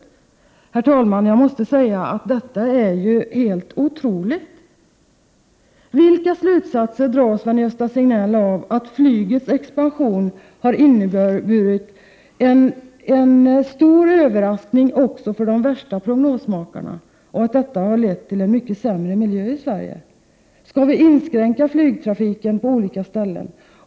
Herr talman! Jag måste säga att detta är helt otroligt! Vilka slutsatser drar Sven-Gösta Signell av att flygets expansion har lett till en mycket sämre miljö i Sverige och inneburit en stor överraskning också för de värsta prognosmakarna? Skall vi inskränka flygtrafiken på olika ställen?